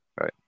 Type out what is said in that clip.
Right